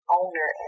owner